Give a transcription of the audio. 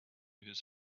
his